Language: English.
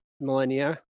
millennia